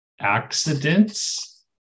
accidents